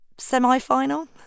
semi-final